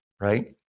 right